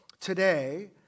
today